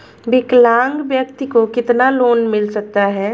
विकलांग व्यक्ति को कितना लोंन मिल सकता है?